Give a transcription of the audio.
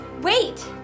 Wait